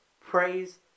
praise